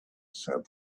said